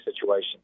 situation